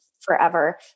forever